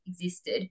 existed